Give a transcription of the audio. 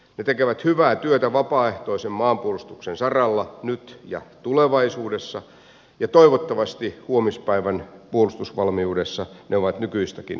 ne tekevät hyvää työtä vapaaehtoisen maanpuolustuksen saralla nyt ja tulevaisuudessa ja toivottavasti huomispäivän puolustusvalmiudessa ne ovat nykyistäkin keskeisemmässä roolissa